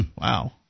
Wow